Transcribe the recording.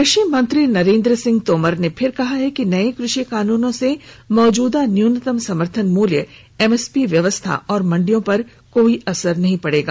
कृषि मंत्री नरेन्द्र सिंह तोमर ने फिर कहा है कि नये कृषि कानूनों से मौजूदा न्यूनतम समर्थन मूल्य एम एस पी व्यवस्था और मंडियों पर कोई असर नहीं पडेगा